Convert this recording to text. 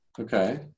Okay